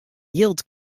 jild